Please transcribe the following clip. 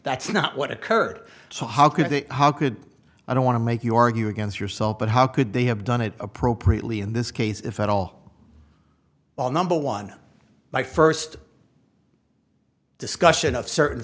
that's not what occurred so how could the how could i don't want to make you argue against yourself but how could they have done it appropriately in this case if at all all number one by first discussion of certain